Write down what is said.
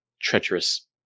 treacherous